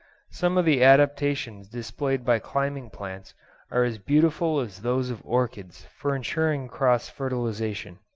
some of the adaptations displayed by climbing plants are as beautiful as those of orchids for ensuring cross-fertilisation.